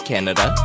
Canada